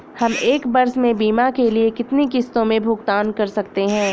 हम एक वर्ष में बीमा के लिए कितनी किश्तों में भुगतान कर सकते हैं?